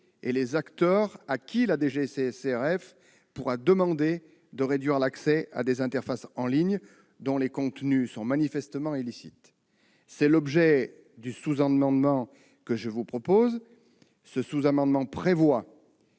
et les acteurs auxquels la DGCCRF pourra demander de réduire l'accès à des interfaces en ligne, dont les contenus sont manifestement illicites. Tel est l'objet du sous-amendement que je vous propose. Ce sous-amendement vise